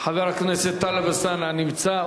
חבר הכנסת טלב אלסאנע נמצא?